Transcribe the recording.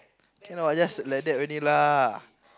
cannot just like that only lah